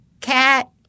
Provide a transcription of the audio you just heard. cat